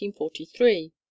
1843